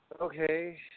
Okay